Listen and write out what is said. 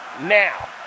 now